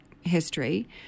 history –